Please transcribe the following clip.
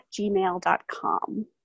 gmail.com